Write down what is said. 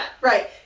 Right